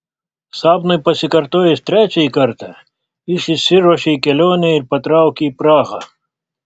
sapnui pasikartojus trečiąjį kartą jis išsiruošė į kelionę ir patraukė į prahą